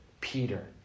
Peter